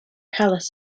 palace